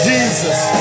Jesus